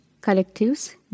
collectives